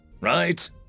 right